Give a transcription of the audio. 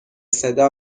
صدا